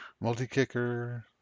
multi-kicker